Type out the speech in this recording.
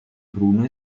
bruno